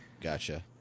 Gotcha